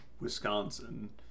Wisconsin